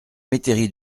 métairie